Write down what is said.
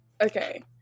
okay